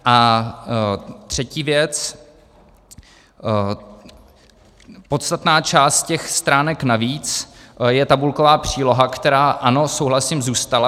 A třetí věc, podstatná část těch stránek navíc je tabulková příloha, která, ano, souhlasím, zůstala.